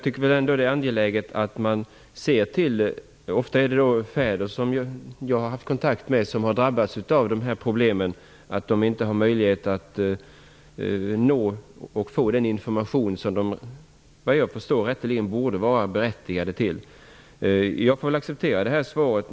Herr talman! Det är angeläget att man ser till dessa problem. Ofta är det fäder som drabbats av dessa problem som jag har haft kontakt med. De har inte möjlighet att nå och få den information som de såvitt jag förstår egentligen borde vara berättigade till. Jag kan acceptera svaret.